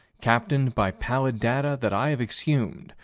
captained by pallid data that i have exhumed,